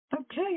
Okay